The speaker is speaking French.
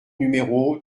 numéro